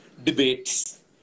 debates